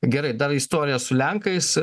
gerai dar istorija su lenkais